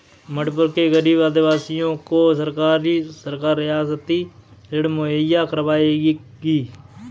मणिपुर के गरीब आदिवासियों को सरकार रियायती ऋण मुहैया करवाएगी